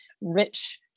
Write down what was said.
rich